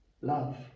Love